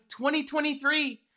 2023